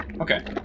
Okay